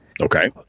okay